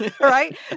Right